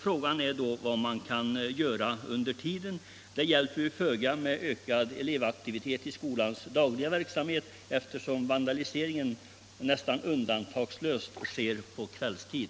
Frågan är då vad man kan göra under tiden. Det hjälper ju föga med ökad elev Om dtgärder mot aktivitet i skolans dagliga verksamhet, eftersom vandaliseringen nästan — vandalisering av undantagsvis sker på kvällstid.